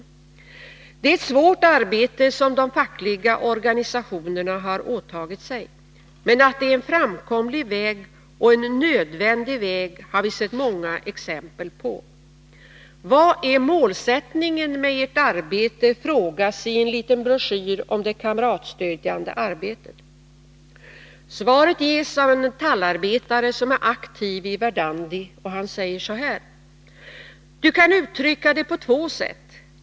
debatt Det är ett svårt arbete som de fackliga organisationerna har åtagit sig. Men att det är en framkomlig och nödvändig väg har vi sett många exempel på. ”Vad är målsättningen med ert arbete?” frågar man i en liten broschyr om det kamratstödjande arbetet. Svaret ges av en metallarbetare som är aktiv i Verdandi. Han säger: ”Du kan uttrycka det på två sätt.